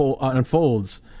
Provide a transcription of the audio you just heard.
unfolds